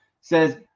says